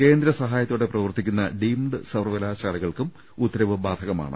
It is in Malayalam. കേന്ദ്രസഹായത്തോടെ പ്രവർത്തിക്കുന്ന ഡീംഡ് സർവകലാശാലകൾക്കും ഉത്തരവ് ബാധകമാണ്